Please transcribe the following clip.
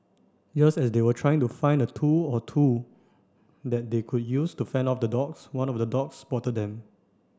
just as they were trying to find a tool or two that they could use to fend off the dogs one of the dogs spotted them